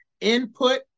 input